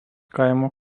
kaimo